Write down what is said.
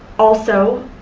also,